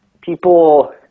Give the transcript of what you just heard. people